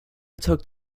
talked